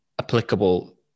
applicable